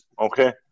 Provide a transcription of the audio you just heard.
okay